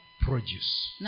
produce